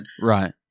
Right